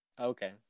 Okay